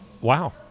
wow